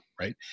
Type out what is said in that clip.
right